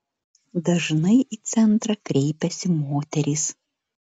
dažnai į centrą kreipiasi moterys